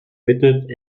widmet